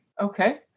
Okay